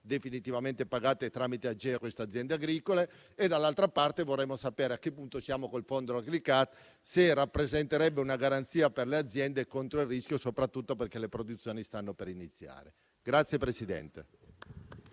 definitivamente pagate, tramite Agea, queste aziende agricole e, dall'altra parte, sapere a che punto siamo col fondo Agricat, se esso rappresenta una garanzia per le aziende contro il rischio, soprattutto perché le produzioni stanno per iniziare. PRESIDENTE.